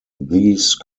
these